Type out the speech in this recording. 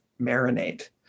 marinate